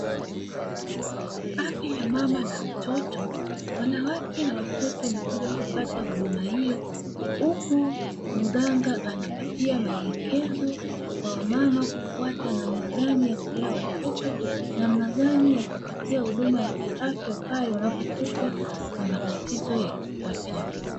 Afya ya mama na mtoto wanawake na watoto wamekuja kupata huduma hiyo, huku mganga anapatia maelekezo kwa wamama kufuata namna gani ya kulea watoto, namna gani ya kuwapatia huduma ya kiafya pale wanapokutwa na matatizo ya kiafya.